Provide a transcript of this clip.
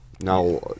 Now